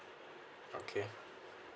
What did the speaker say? okay